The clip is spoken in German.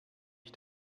ich